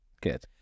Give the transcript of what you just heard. good